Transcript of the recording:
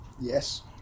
yes